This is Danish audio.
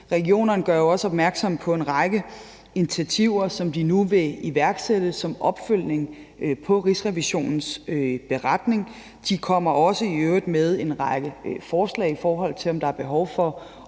Regionerne gør jo også opmærksom på en række initiativer, som de nu vil iværksætte som opfølgning på Rigsrevisionens beretning. De kommer i øvrigt også med en række forslag, i forhold til om der er behov for